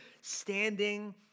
standing